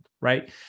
right